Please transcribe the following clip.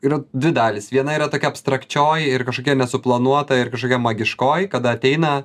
yra dvi dalys viena yra tokia abstrakčioji ir kažkokia nesuplanuota ir kažkokia magiškoji kada ateina